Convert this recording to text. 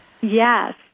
Yes